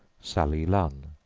sally lunn.